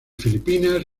filipinas